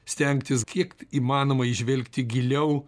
stengtis kiek įmanoma įžvelgti giliau